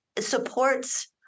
supports